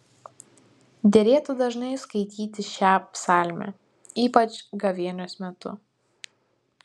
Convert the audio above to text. derėtų dažnai skaityti šią psalmę ypač gavėnios metu